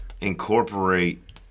incorporate